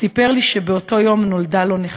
סיפר לי שבאותו יום נולדה לו נכדה.